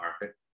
market